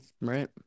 right